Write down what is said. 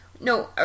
No